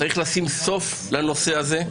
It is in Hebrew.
צריך לשים סוף לנושא הזה.